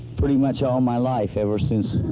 pretty much all my life, ever since